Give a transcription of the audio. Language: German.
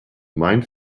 mein